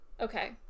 Okay